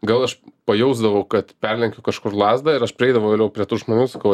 gal aš pajausdavau kad perlenkiu kažkur lazdą ir aš prieidavau prie tų žmonių sakau